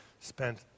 spent